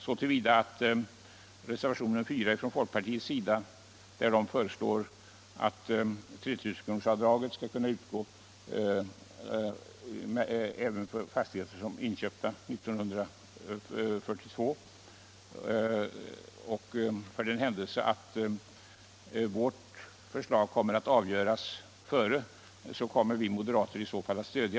Folkpartiet har en reservation 4 där man föreslår att 30 000-kronorsavdraget skall kunna utgå även för fastigheter som är inköpta 1942 och senare. För den händelse att vårt förslag behandlas och avslås före behandlingen av reservation 4, så kommer vi moderater att stödja denna reservation.